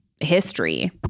history